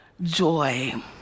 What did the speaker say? joy